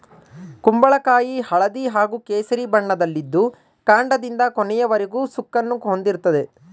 ಕುಂಬಳಕಾಯಿ ಹಳದಿ ಹಾಗೂ ಕೇಸರಿ ಬಣ್ಣದಲ್ಲಿದ್ದು ಕಾಂಡದಿಂದ ಕೊನೆಯವರೆಗೂ ಸುಕ್ಕನ್ನು ಹೊಂದಿರ್ತದೆ